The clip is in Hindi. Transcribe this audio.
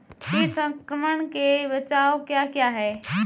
कीट संक्रमण के बचाव क्या क्या हैं?